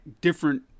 different